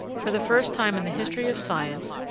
for the first time in the history of science,